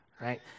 right